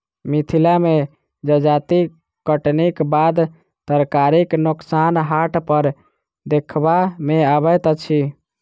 मिथिला मे जजाति कटनीक बाद तरकारीक नोकसान हाट पर देखबा मे अबैत अछि